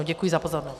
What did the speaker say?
Děkuji za pozornost.